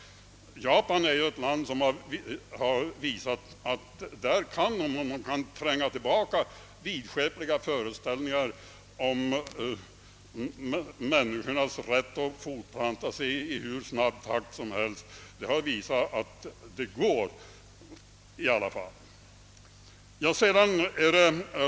Japan är ett land som har visat att det i alla fall går att tränga tillbaka vidskepliga föreställningar om människornas rätt att fortplanta sig i hur snabb takt som helst.